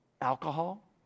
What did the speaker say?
alcohol